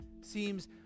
seems